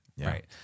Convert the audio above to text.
right